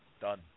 Done